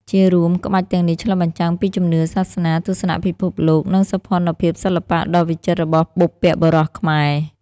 ជារួម ក្បាច់ទាំងនេះឆ្លុះបញ្ចាំងពីជំនឿ សាសនា ទស្សនៈពិភពលោក និងសោភ័ណភាពសិល្បៈដ៏វិចិត្ររបស់បុព្វបុរសខ្មែរ។